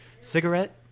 cigarette